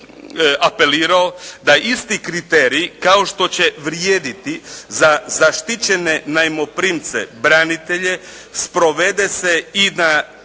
apelirao da isti kriterij kao što će vrijediti za zaštićene najmoprimce branitelje sprovede se i na